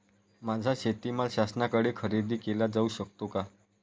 माझा शेतीमाल शासनाकडे खरेदी केला जाऊ शकतो का?